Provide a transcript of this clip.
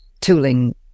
tooling